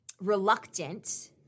reluctant